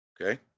Okay